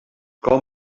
com